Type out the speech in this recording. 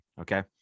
Okay